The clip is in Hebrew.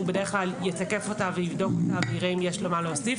הוא בדרך כלל יתקף אותה ויבדוק אותה ויראה אם יש לו מה להוסיף.